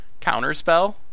Counterspell